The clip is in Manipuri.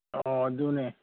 ꯑꯣ ꯑꯗꯨꯅꯦ